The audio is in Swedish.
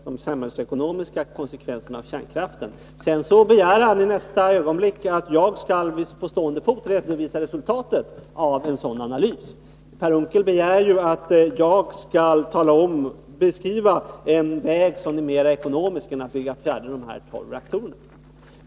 Herr talman! Per Unckel säger att han inte vill lägga sig i debatten mellan energiministern och mig om de samhällsekonomiska kostnaderna för kärnkraften. Men i nästa ögonblick begär han att jag på stående fot skall redovisa resultatet av en sådan analys. Per Unckel begår ju att jag skall beskriva en väg som är mera ekonomisk än att bygga de tolv reaktorerna färdiga.